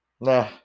nah